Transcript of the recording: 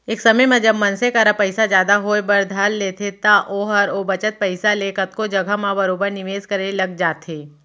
एक समे म जब मनसे करा पइसा जादा होय बर धर लेथे त ओहर ओ बचत पइसा ले कतको जघा म बरोबर निवेस करे लग जाथे